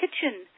kitchen